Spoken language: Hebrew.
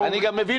אני גם מבין